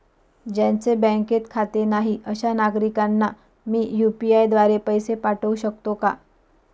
ज्यांचे बँकेत खाते नाही अशा नागरीकांना मी यू.पी.आय द्वारे पैसे पाठवू शकतो का?